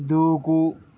దూకు